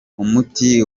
umuti